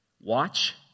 watch